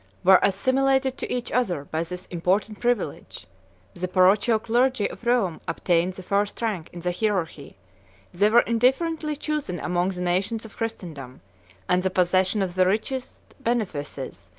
were assimilated to each other by this important privilege the parochial clergy of rome obtained the first rank in the hierarchy they were indifferently chosen among the nations of christendom and the possession of the richest benefices,